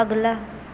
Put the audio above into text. اگلا